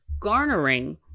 garnering